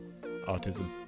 Autism